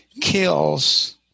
kills